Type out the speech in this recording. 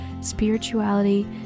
spirituality